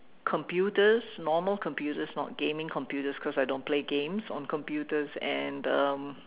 computers normal computers not gaming computers cause I don't play games on computers and um